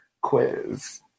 quiz